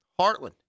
Heartland